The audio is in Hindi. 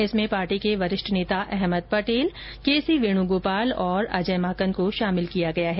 इसमें पार्टी के वरिष्ठ नेता अहमद पटेल के सी वेणुगोपाल और अजय माकन को शामिल किया गया है